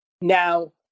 Now